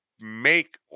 make